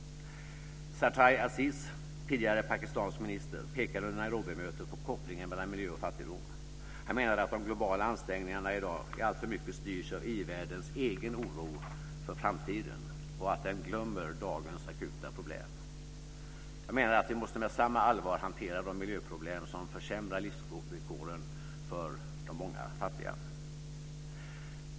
Sartaj Aziz, tidigare pakistansk minister, pekade under Nairobimötet på kopplingen mellan miljö och fattigdom. Han menade att de globala ansträngningarna i dag alltför mycket styrs av EU-världens egen oro för framtiden och att man glömmer dagens akuta problem. Jag menar att vi med samma allvar måste hantera de miljöproblem som försämrar livsvillkoren för de många fattiga.